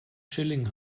schilling